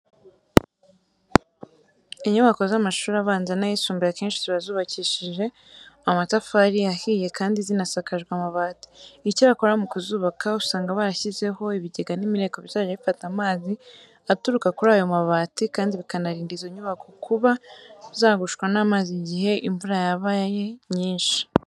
Inyubako z'amashuri abanza n'ayisumbuye akenshi ziba zubakishijwe amatafari ahiye kandi zinasakajwe amabati. Icyakora mu kuzubaka usanga barashyizeho ibigega n'imireko bizajya bifata amazi aturuka kuri ayo mabati kandi bikanarinda izo nyubako kuba zagushwa n'amazi igihe imvura yabaye nyinshi.